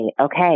okay